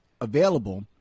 available